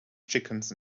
chickens